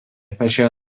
pačioje